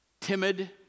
timid